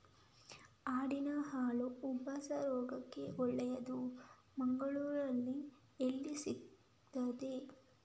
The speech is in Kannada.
ಆಡಿನ ಹಾಲು ಉಬ್ಬಸ ರೋಗಕ್ಕೆ ಒಳ್ಳೆದು, ಮಂಗಳ್ಳೂರಲ್ಲಿ ಎಲ್ಲಿ ಸಿಕ್ತಾದೆ?